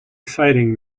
exciting